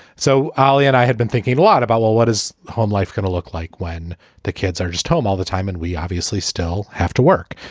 so ali and i had been thinking a lot about, well, what is home life going to look like when the kids are just home all the time and we obviously still have to work.